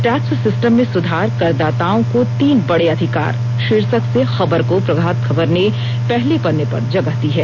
tax system में सुधार करदाताओं को तीन बड़े अधिकार शीर्षक से खबर को प्रभात खबर ने पहले पन्ने पर जगह दी है